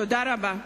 תודה רבה.